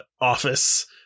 office